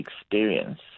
experience